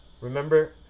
Remember